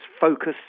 focus